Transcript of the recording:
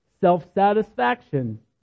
self-satisfaction